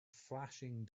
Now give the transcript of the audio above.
flashing